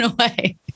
away